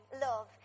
love